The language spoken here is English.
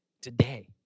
today